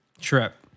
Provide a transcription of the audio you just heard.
trip